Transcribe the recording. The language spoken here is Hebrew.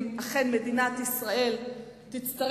כיצד אנחנו נלחמים,